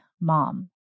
mom